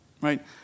Right